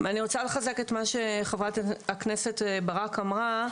אני רוצה לחזק את מה שחברת הכנסת ברק אמרה,